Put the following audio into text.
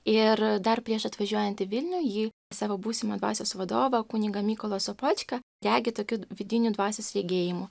ir dar prieš atvažiuojant į vilnių ji savo būsimą dvasios vadovą kunigą mykolą sopočką regi tokiu vidinių dvasios regėjimu